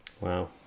Wow